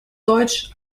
deutsch